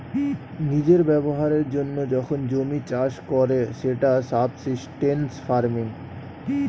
নিজের ব্যবহারের জন্য যখন জমি চাষ করে সেটা সাবসিস্টেন্স ফার্মিং